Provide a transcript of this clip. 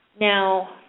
Now